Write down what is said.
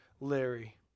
Larry